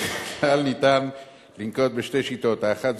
ניתן לנקוט שתי שיטות: האחת,